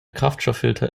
kraftstofffilter